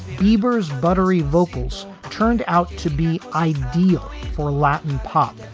biebers buttery vocals turned out to be ideal for latin pop.